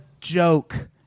joke